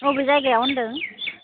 बबे जायगायाव होनदों